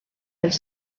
els